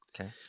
Okay